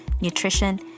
nutrition